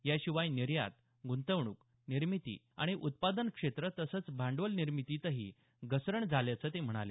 या शिवाय निर्यात गुंतवणूक निर्मिती आणि उत्पादन क्षेत्र तसंच भांडवल निर्मितीतही घसरण झाल्याचं ते म्हणाले